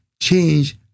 change